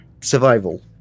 survival